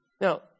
Now